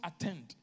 attend